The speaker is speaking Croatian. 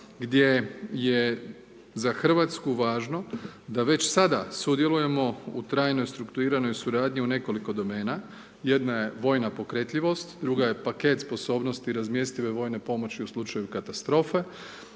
gdje je za RH važno da već sada sudjelujemo u trajno strukturiranoj suradnji u nekoliko domena. Jedna je vojna pokretljivost, druga je paket sposobnosti razmjestive vojne pomoći u slučaju katastrofe,